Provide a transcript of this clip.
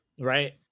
right